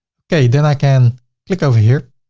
okay. then i can click over here,